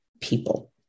people